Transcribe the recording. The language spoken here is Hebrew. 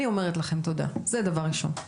אני אומרת לכם תודה, זה דבר ראשון.